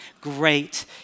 Great